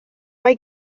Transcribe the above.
mae